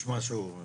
יש משהו.